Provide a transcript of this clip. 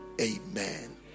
amen